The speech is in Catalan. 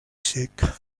sec